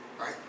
right